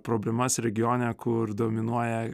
problemas regione kur dominuoja